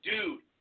Dude